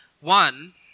one